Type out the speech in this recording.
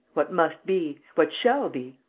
what must be. what shall be.